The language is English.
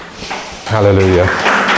Hallelujah